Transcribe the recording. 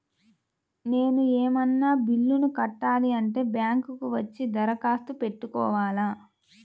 నేను ఏమన్నా బిల్లును కట్టాలి అంటే బ్యాంకు కు వచ్చి దరఖాస్తు పెట్టుకోవాలా?